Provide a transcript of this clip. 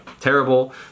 terrible